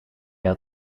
had